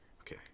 okay